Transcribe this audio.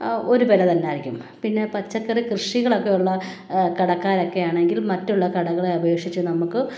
ഒരു വില തന്നെയായിരിക്കും പിന്നെ പച്ചക്കറി കൃഷികളൊക്കെ ഉള്ള കടക്കാരൊക്കെയാണെങ്കിൽ മറ്റുള്ള കടകളെ അപേക്ഷിച്ച് നമ്മൾക്ക്